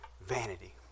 Vanity